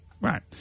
Right